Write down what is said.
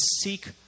seek